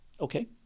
Okay